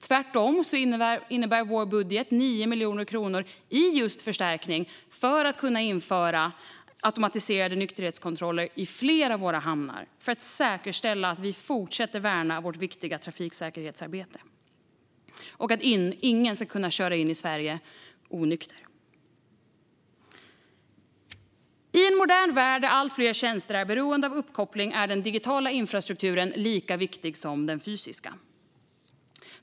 Tvärtom innebär vår budget 9 miljoner kronor i just förstärkning för att man ska kunna införa automatiserade nykterhetskontroller i flera av våra hamnar för att säkerställa att vi fortsätter att värna vårt viktiga trafiksäkerhetsarbete. Ingen ska kunna köra in i Sverige onykter. I en modern värld där allt fler tjänster är beroende av uppkoppling är den digitala infrastrukturen lika viktig som den fysiska.